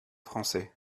français